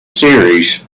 series